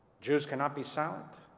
jews cannot be silent,